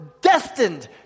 destined